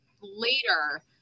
Later